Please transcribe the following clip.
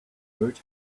bird